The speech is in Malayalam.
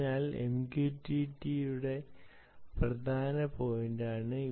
അതിനാൽ ഇത് ഒരു MQTT യുടെ പ്രധാന പോയിന്റാണ്